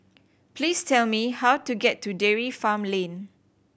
please tell me how to get to Dairy Farm Lane